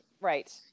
right